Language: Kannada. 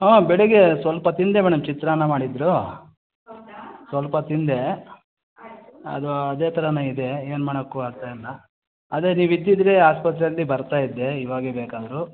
ಹಾಂ ಬೆಳಿಗ್ಗೆ ಸ್ವಲ್ಪ ತಿಂದೆ ಮೇಡಮ್ ಚಿತ್ರಾನ್ನ ಮಾಡಿದ್ರು ಸ್ವಲ್ಪ ತಿಂದೆ ಅದು ಅದೇ ಥರನೇ ಇದೆ ಏನು ಮಾಡಕ್ಕೂ ಆಗ್ತಾ ಇಲ್ಲ ಅದೇ ನೀವು ಇದ್ದಿದ್ದರೆ ಆಸ್ಪತ್ರೆಯಲ್ಲಿ ಬರ್ತಾ ಇದ್ದೆ ಇವಾಗ್ಲೇ ಬೇಕಾದರೂ